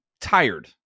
tired